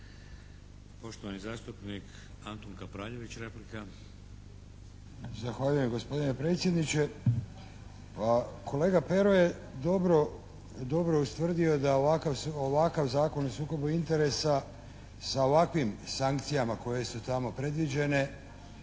Poštovani zastupnik Antun Kapraljević, replika. **Kapraljević, Antun (HNS)** Zahvaljujem gospodine predsjedniče! Pa kolega Pero je dobro ustvrdio da ovakav Zakon o sukobu interesa sa ovakvim sankcijama koje su tamo predviđene